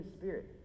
spirit